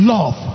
Love